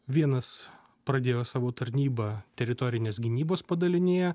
vienas pradėjo savo tarnybą teritorinės gynybos padalinyje